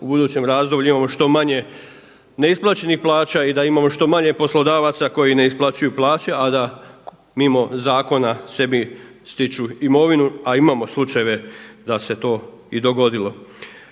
u budućem razdoblju imamo što manje neisplaćenih plaća i da imamo što manje poslodavaca koji ne isplaćuju plaće, a da mimo zakona sebi stiču imovinu, a imamo slučajeve da se to i dogodilo.